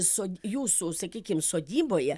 sod jūsų sakykim sodyboje